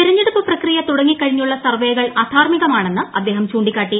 തെരഞ്ഞെടുപ്പ് പ്രക്രിയ തുടങ്ങിക്കഴിഞ്ഞുള്ള സർവേകൾ അധാർമ്മികമാണെന്ന് അദ്ദേഹം ചൂണ്ടിക്കാട്ടി